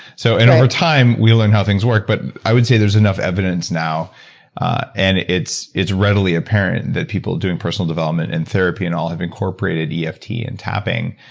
so and over time we learn how things work, but i would say there's enough evidence now and it's it's readily apparent that people doing personal development and therapy and all have incorporated yeah eft and tapping,